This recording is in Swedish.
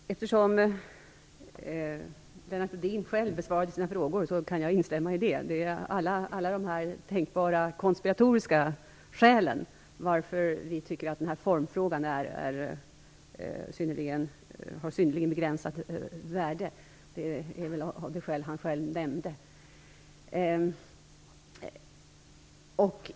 Fru talman! Eftersom Lennart Rohdin själv besvarar sina frågor kan jag bara instämma. Alla de tänkbara konspiratoriska skälen till att vi tycker att formfrågan har begränsat värde nämnde han själv.